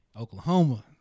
Oklahoma